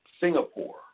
Singapore